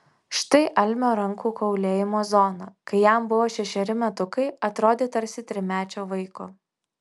štai almio rankų kaulėjimo zona kai jam buvo šešeri metukai atrodė tarsi trimečio vaiko